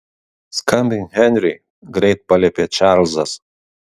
skambink henriui greit paliepė čarlzas